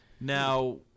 Now